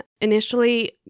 Initially